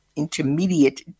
Intermediate